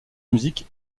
musique